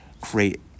create